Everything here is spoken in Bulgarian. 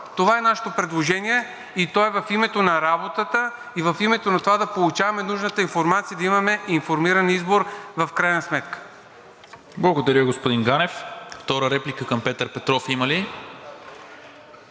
Това е нашето предложение и то е в името на работата, и в името на това да получаваме нужната информация, да имаме информиран избор в крайна сметка. ПРЕДСЕДАТЕЛ НИКОЛА МИНЧЕВ: Благодаря, господин Ганев. Втора реплика към Петър Петров има ли?